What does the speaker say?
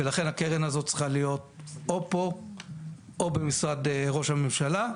ולכן הקרן הזאת צריכה להיות או פה או במשרד ראש הממשלה,